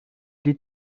die